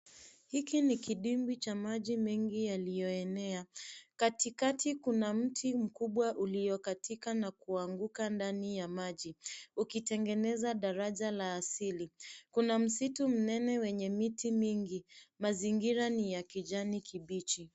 Hiki ni kidimbwi cha maji mengi yaliyo enea katikati kuna mti mkubwa ulio katika na kunguka ndani ya maji ukitengeneza daraja la asili kuna msitu mnene wenye miti mingi. Mazingira ni ya kijani kibichi.